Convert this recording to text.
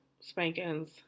spankings